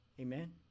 Amen